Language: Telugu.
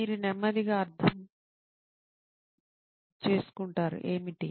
మీరు నెమ్మదిగా అర్థం ఏమిటి